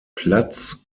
platz